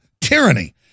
tyranny